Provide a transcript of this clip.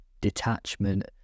detachment